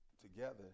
together